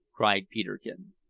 cried peterkin.